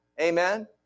Amen